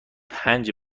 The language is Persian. پنج